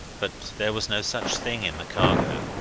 but there was no such thing in the cargo.